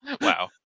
Wow